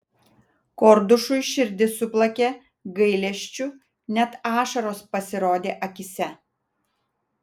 kordušui širdis suplakė gailesčiu net ašaros pasirodė akyse